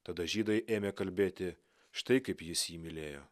tada žydai ėmė kalbėti štai kaip jis jį mylėjo